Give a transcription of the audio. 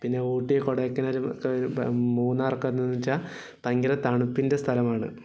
പിന്നെ ഊട്ടി കൊടൈക്കനാൽ മൂന്നാർ ഒക്കെ എങ്ങനെ എന്ന് വച്ചാൽ ഭയങ്കര തണുപ്പിന്റെ സ്ഥലമാണ്